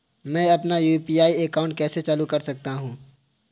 मैं अपना UPI account कैसे चालू कर सकता हूँ?